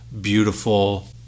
beautiful